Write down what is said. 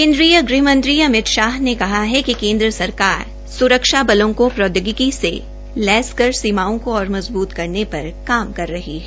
केन्द्रीय गृहमंत्री अमित शाह ने कहा है कि केन्द्र सरकार स्रक्षा बलों को प्रौद्योगिकी से लैस कर सीमाओं को और मजबूत करने पर काम कर रही है